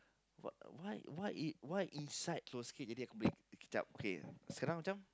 what what what it what inside close sikit jadi aku boleh sekejap okay sekarang macam